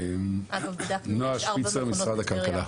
נועה שפיצר, משרד הכלכלה.